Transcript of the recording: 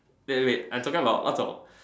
wait wait I talking about lot about